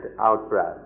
out-breath